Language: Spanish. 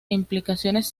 implicaciones